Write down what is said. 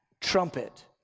trumpet